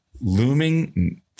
looming